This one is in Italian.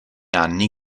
anni